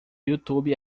youtube